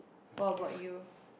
what about you